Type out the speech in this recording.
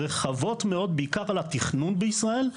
רחבות מאוד בעיקר על התכנון בישראל,